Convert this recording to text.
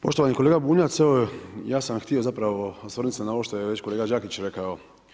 Poštovani kolega Bunjac, ja sam vam htio zapravo osvrnut se na ovo što je već kolega Đakić rekao.